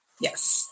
Yes